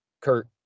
Kurt